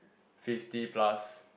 fifty plus